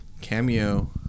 cameo